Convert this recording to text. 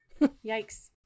Yikes